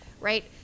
right